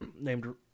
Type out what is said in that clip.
named